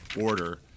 order